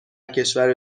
کشور